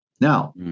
now